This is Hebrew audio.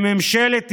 לממשלת ישראל,